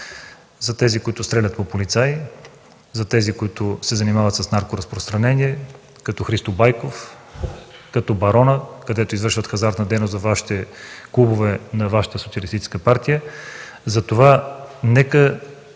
за тези, които стрелят по полицаи, за тези, които се занимават с наркоразпространение, като Христо Байков, като Барона, където извършват хазартна дейност в клубовете на Вашата социалистическа партия.